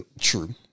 true